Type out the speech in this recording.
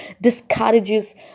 discourages